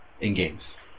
in-games